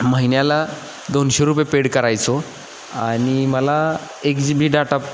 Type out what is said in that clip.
महिन्याला दोनशे रुपये पेड करायचो आणि मला एक जी बी डाटा